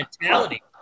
mentality